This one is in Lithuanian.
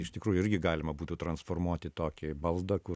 iš tikrųjų irgi galima būtų transformuot į tokį baldą kur